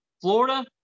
Florida